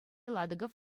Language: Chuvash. ладыков